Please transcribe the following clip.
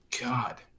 god